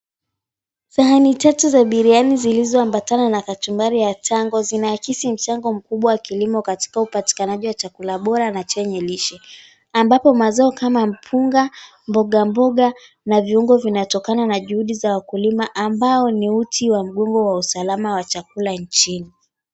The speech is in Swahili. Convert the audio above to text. Sahani tatu za biriyani zilizoambatana na kachumbari ya tango zinaakisi mchango mkubwa wa kilimo katika upatikanaji wa chakula bora na chenye lishe. Ambapo mazao kama mpunga, mboga mboga na viungo vinatokana na juhudi za wakulima amabao ni uti wa mgongo wa usalama wa chakula nchini.